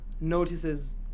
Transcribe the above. notices